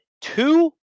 two